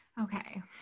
Okay